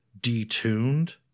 detuned